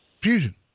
Fusion